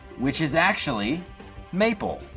which is actually maple.